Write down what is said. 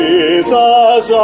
Jesus